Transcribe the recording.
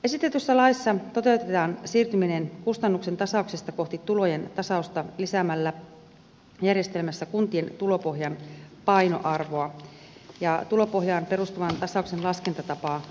esitetyssä laissa toteutetaan siirtyminen kustannuksen tasauksesta kohti tulojen tasausta lisäämällä järjestelmässä kuntien tulopohjan painoarvoa ja tulopohjaan perustuvan tasauksen laskentatapaa täten muutetaan